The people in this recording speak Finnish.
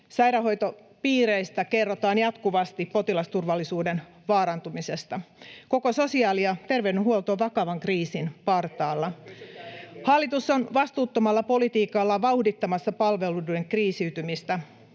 Sairaanhoitopiireistä kerrotaan jatkuvasti potilasturvallisuuden vaarantumisesta. Koko sosiaali- ja terveydenhuolto on vakavan kriisin partaalla. [Ben Zyskowicz: Ei ole, kysykää Lindéniltä!] Hallitus on vastuuttomalla politiikallaan vauhdittamassa palveluiden kriisiytymistä.